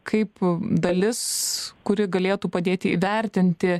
kaip dalis kuri galėtų padėti įvertinti